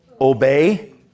obey